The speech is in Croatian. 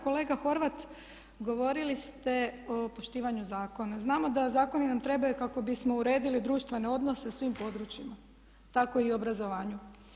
Kolega Horvat, govorili ste o poštivanju zakona, znamo da zakoni nam trebaju kako bismo uredili društvene odnose u svim područjima tako i obrazovanju.